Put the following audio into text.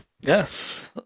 Yes